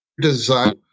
design